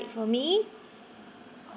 for me